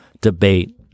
debate